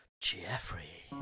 Jeffrey